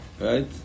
right